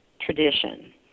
tradition